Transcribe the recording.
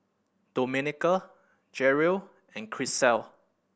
Domenica Jerel and Grisel